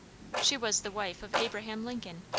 she was the wife of abraham lincoln,